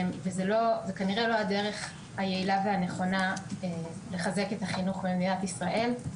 וזו כנראה לא הדרך היעילה והנכונה לחזק את החינוך במדינת ישראל.